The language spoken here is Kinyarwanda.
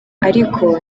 ariko